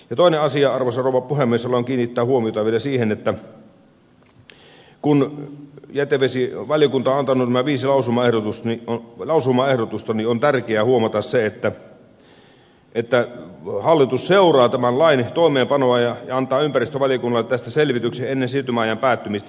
toisena asiana arvoisa rouva puhemies haluan kiinnittää vielä huomiota siihen että kun valiokunta on antanut nämä viisi lausumaehdotusta niin on tärkeää huomata se että hallitus seuraa tämän lain toimeenpanoa ja antaa ympäristövaliokunnalle tästä selvityksen ennen siirtymäajan päättymistä